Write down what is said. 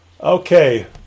Okay